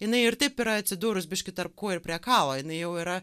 jinai ir taip yra atsidūrus biškį tarp kūjo ir priekalo jinai jau yra